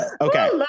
okay